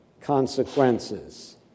consequences